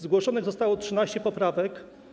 Zgłoszonych zostało 13 poprawek.